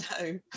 no